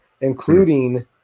including